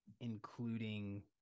including